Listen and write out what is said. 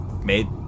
made